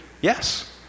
Yes